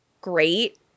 great